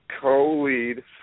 co-lead